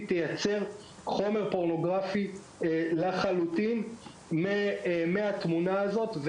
תייצר חומר פורנוגרפי לחלוטין מתמונה זו.